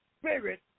Spirit